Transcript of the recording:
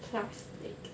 plastic